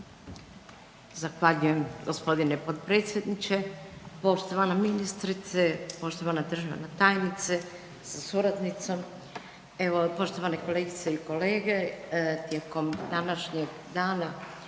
Zahvaljujem gospodine potpredsjedniče. Poštovana ministrice, poštovana državna tajnice sa suradnicom, poštovane kolegice i kolege. Tijekom današnjeg dana